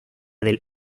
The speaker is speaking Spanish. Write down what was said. del